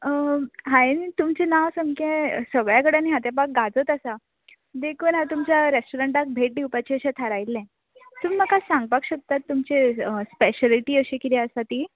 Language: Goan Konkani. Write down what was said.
हांवें तुमचें नांव सामकें सगल्या कडेन ह्या तेंपाक गाजत आसा देकून हांव तुमच्या रेस्टोरंटांत भेट दिवपाचें अशें थारायलें तुमी म्हाका सांगपाक शकता तुमची स्पेशलिटी किदें आसा ती